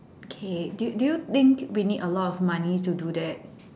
okay do you do you think we need a lot of money to do that